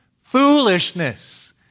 foolishness